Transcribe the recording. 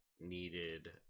needed